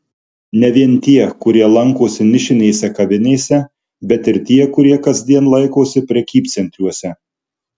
ne vien tie kurie lankosi nišinėse kavinėse bet ir tie kurie kasdien laikosi prekybcentriuose